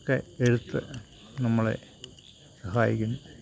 ഒക്കെ എഴുത്ത് നമ്മളെ സഹായിക്കുന്നു